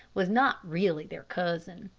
was not really their cousin.